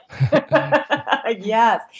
Yes